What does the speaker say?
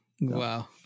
Wow